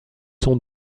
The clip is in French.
sont